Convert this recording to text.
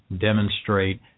demonstrate